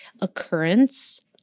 occurrence